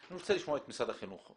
אני רוצה לשמוע את משרד החינוך.